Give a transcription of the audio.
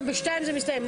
גם ב-14:00 זה מסתיים,